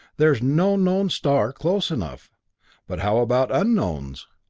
there is no known star close enough but how about unknowns?